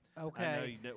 Okay